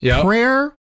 prayer